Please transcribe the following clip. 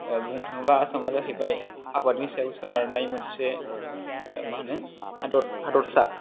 बुंनो थाङोब्ला आसामा जाहैबाय आबादनि सायाव सोनारनाय मोनसे मा होनो हादर हादरसा